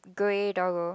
grey doggo